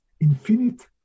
infinite